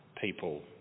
people